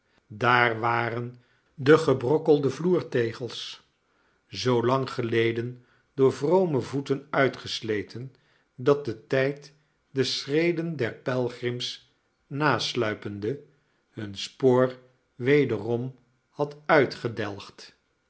daar waren de gebrokkelde vloertegels zoolang geleden door vrome voeten uitgesleten dat de tijd de schreden der pelgrims nasluipende hun spoor wederom had uitgedelgd